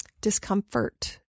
discomfort